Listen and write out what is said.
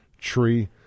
Tree